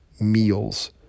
meals